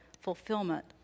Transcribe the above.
fulfillment